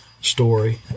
story